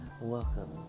welcome